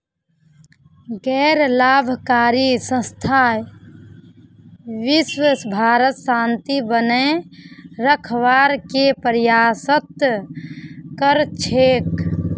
गैर लाभकारी संस्था विशव भरत शांति बनए रखवार के प्रयासरत कर छेक